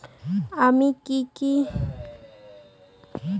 আমি কি কি দেনাপাওনা করেছি তা দেখার জন্য পাসবুক ই মেশিন কাজ করবে?